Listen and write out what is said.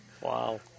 Wow